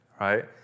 right